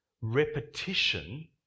Repetition